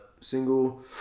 single